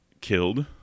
killed